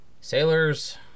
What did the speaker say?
Sailors